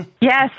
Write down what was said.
Yes